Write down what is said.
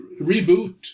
reboot